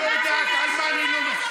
את לא יודעת על מה אני מדבר.